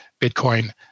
Bitcoin